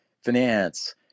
finance